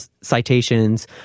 citations